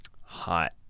hot